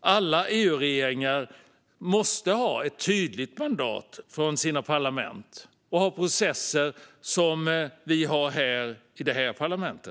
Alla EU-regeringar måste när de förhandlar i ministerrådet ha ett tydligt mandat från sina parlament och ha processer som vi har här i vårt parlament.